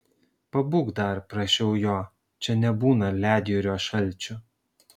pabūk dar prašiau jo čia nebūna ledjūrio šalčių